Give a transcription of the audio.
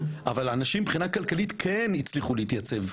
אנשים מבחינה כלכלית כן הצליחו להתייצב,